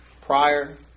prior